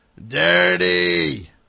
dirty